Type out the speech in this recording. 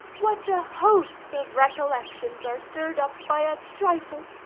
what a host of recollections are stirred up by a trifle!